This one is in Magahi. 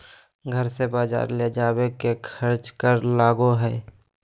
घर से बजार ले जावे के खर्चा कर लगो है?